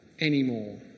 anymore